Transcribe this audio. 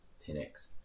10X